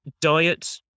Diet